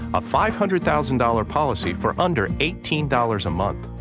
a five hundred thousand dollars policy for under eighteen dollars a month.